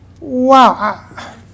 Wow